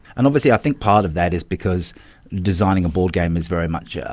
and obviously i think part of that is because designing a board game is very much. yeah